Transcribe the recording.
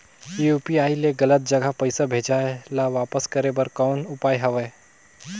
UPI ले गलत जगह पईसा भेजाय ल वापस करे बर कौन उपाय हवय?